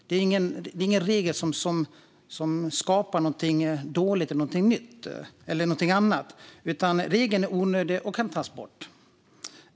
Det är ingen regel som skapar någonting annat, utan den är onödig och kan tas bort.